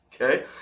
Okay